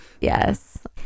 Yes